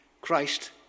Christ